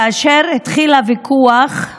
כאשר התחיל הוויכוח,